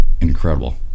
incredible